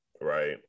right